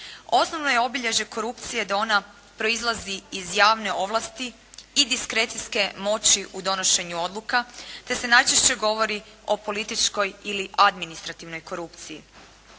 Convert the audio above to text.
Osnovno je obilježje korupcije da ona proizlazi iz javne ovlasti i diskrecijske moći u donošenju odluka te se najčešće govori o političkoj ili administrativnoj korupciji.